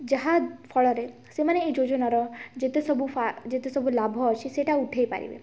ଯାହାଫଳରେ ସେମାନେ ଏଇ ଯୋଜନାର ଯେତେ ସବୁ ଫା ଯେତେ ସବୁ ଲାଭ ଅଛି ସେଇଟା ଉଠେଇପାରିବେ